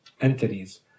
entities